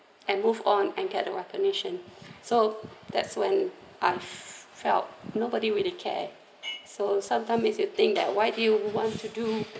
and move on and get the recognition so that's when I felt nobody really care so sometime if you think that why do you want to do